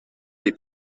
dei